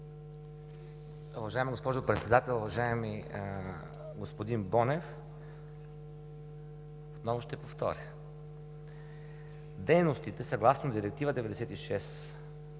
Дейностите, съгласно Директива №